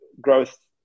growth